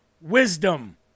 Wisdom